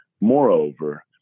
moreover